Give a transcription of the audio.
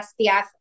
SPF